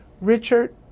Richard